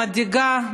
המדאיגה,